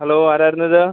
hello ആരായിരുന്നിത്